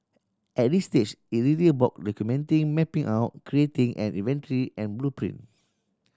at this stage it is easy about documenting mapping out creating an inventory and blueprint